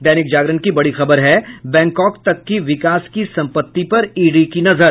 दैनिक जागरण की बड़ी खबर है बैंकॉक तक की विकास की संपत्ति पर ईडी की नजर